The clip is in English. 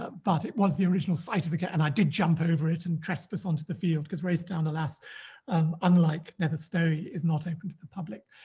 ah but it was the original sight of the gate and i did jump over it and trespass onto the field because racedown the last um unlike nether stowey is not open to the public.